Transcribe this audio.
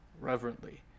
reverently